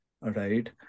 right